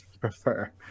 prefer